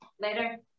Later